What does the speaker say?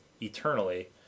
eternally